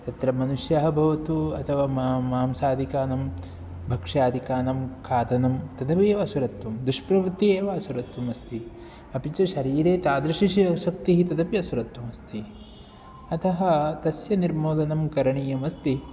तत्र मनुष्यः भवतु अथवा मां मांसादिकानां भक्ष्यादिकानां खादनं तदपि एव असुरत्वं दुष्प्रवृत्तिः एव असुरत्वमस्ति अपि च शरीरे तादृशी शक्तिः तदपि असुरत्वमस्ति अतः तस्य निर्मोलनं करणीयमस्ति